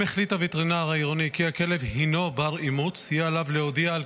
אם החליט הווטרינר העירוני כי הכלב הינו בר אימוץ יהיה עליו להודיע על